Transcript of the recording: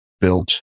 built